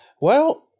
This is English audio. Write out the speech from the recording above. Well-